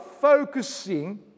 focusing